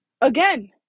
again